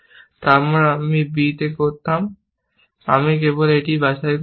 তারপর আমি একটি b এ করতাম এবং আমি কেবল একটি বাছাই করতাম